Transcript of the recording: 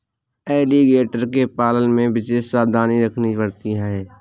alligator के पालन में विशेष सावधानी रखनी पड़ती है